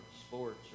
sports